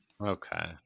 Okay